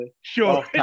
Sure